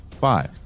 Five